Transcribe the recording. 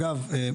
אגב,